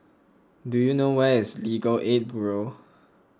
do you know where is Legal Aid Bureau